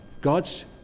God's